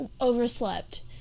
overslept